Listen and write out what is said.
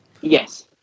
Yes